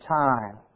time